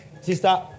sister